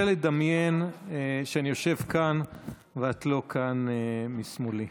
לדמיין שאני יושב כאן ואת לא כאן משמאלי.